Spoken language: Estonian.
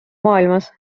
maailmas